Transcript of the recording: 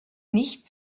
nicht